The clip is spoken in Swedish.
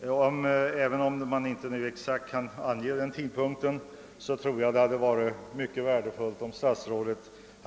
Men även om man nu inte exakt kan ange den tidpunkten hade det varit mycket värdefullt för alla